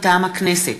מטעם הכנסת: